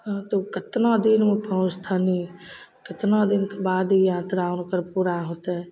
ओ कतना देरमे पहुँचथिन कितना देरके बाद ई यात्रा हुनकर पूरा होतइ